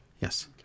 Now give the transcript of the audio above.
Yes